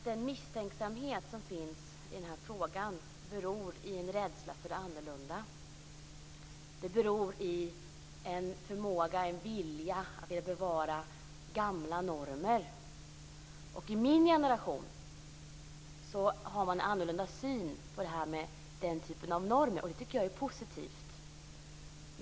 Den misstänksamhet som finns i den här frågan beror på en rädsla för det annorlunda, på en vilja att bevara gamla normer. I min generation har man en annorlunda syn på den typen av normer, och det tycker jag är positivt.